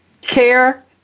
care